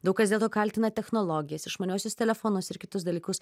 daug kas dėl to kaltina technologijas išmaniuosius telefonus ir kitus dalykus